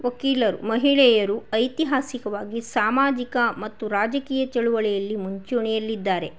ವಕೀಲರು ಮಹಿಳೆಯರು ಐತಿಹಾಸಿಕವಾಗಿ ಸಾಮಾಜಿಕ ಮತ್ತು ರಾಜಕೀಯ ಚಳುವಳಿಯಲ್ಲಿ ಮುಂಚೂಣಿಯಲ್ಲಿದ್ದಾರೆ